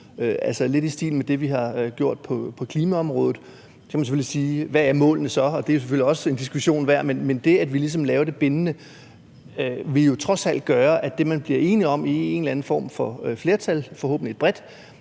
altså lidt i stil med det, vi har gjort på klimaområdet? Så kan man selvfølgelig spørge, hvad målene er, og det er selvfølgelig også en diskussion værd, men det, at vi ligesom laver det bindende, vil jo trods alt gøre, at det, man bliver enige om i en eller anden form for flertal, forhåbentlig et bredt,